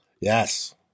Yes